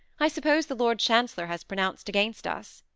i suppose the lord chancellor has pronounced against us?